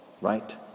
right